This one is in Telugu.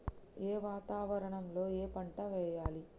ఏ వాతావరణం లో ఏ పంట వెయ్యాలి?